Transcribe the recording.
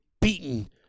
beaten